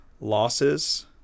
losses